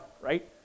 right